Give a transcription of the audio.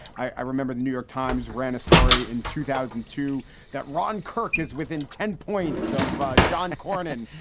i remember the new york times ran a story in two thousand two that ron kirk is within ten points of john cornyn.